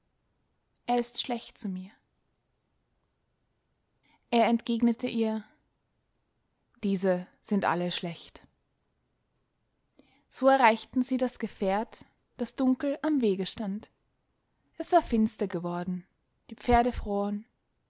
er ist schlecht zu mir er entgegnete ihr diese sind alle schlecht so erreichten sie das gefährt das dunkel am wege stand es war finster geworden die pferde froren